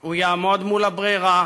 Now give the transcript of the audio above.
הוא יעמוד מול הברירה